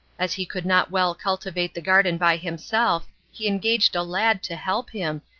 as he could not well cultivate the garden by himself, he engaged a lad to help him,